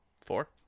Four